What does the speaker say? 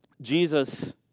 Jesus